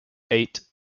eight